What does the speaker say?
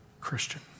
Christian